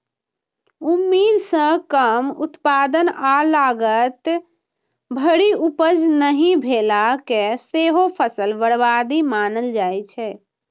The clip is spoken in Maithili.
उम्मीद सं कम उत्पादन आ लागत भरि उपज नहि भेला कें सेहो फसल बर्बादी मानल जाइ छै